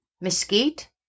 mesquite